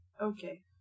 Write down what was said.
Okay